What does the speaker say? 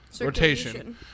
rotation